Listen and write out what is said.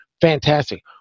Fantastic